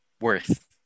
worth